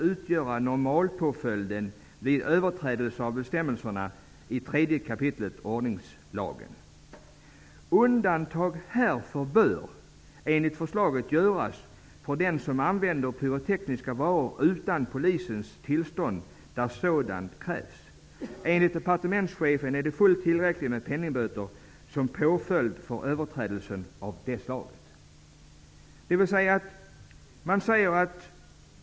Undantag härifrån bör, enligt förslaget, göras för den som använder pyrotekniska varor utan polisens tillstånd där sådant krävs. Enligt departementschefen är det fullt tillräckligt med penningböter som påföljd för överträdelser av det slaget.''